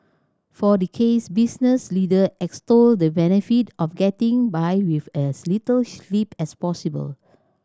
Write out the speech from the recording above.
for decades business leader extolled the benefit of getting by with as little sleep as possible